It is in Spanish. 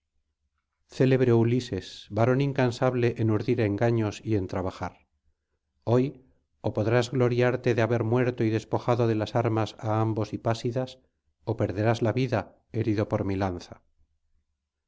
célebre ulises varón incansable en urdir engaños y en trabajar hoy ó podrás gloriarte de haber muerto y despojado de las armas á ambos hipásidas ó perderás la vida herido por mi lanza